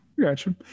Gotcha